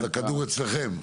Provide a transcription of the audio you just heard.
הכדור אצלכם.